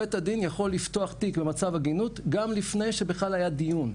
בית הדין יכול לפתוח תיק במצב עגינות גם לפני שבכלל היה דיון.